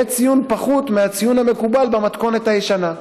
יהיה ציון פחות מהציון המקובל במתכונת הישנה.